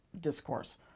discourse